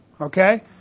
okay